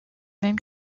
même